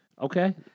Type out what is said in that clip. Okay